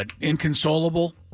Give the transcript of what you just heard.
inconsolable